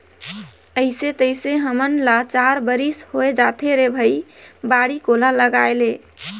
अइसे तइसे हमन ल चार बरिस होए जाथे रे भई बाड़ी कोला लगायेले